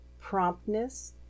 promptness